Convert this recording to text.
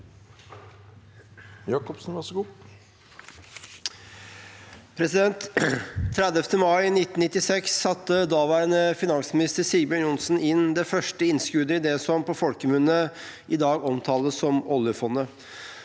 Den 30. mai 1996 satte daværende finansminister Sigbjørn Johnsen inn det første innskuddet i det som på folkemunne i dag omtales som oljefondet.